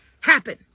happen